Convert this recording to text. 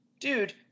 Dude